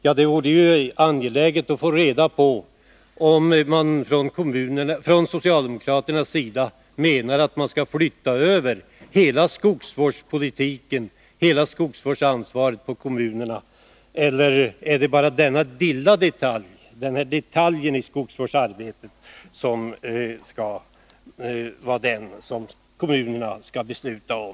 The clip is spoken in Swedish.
Ja, det vore ju angeläget att få reda på om man från socialdemokraternas sida menar att man skall flytta över hela skogsvårdspolitiken, hela skogsvårdsansvaret på kommunerna. Eller är det bara denna lilla detalj i skogsvårdsarbetet som kommunerna skall besluta om?